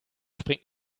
springt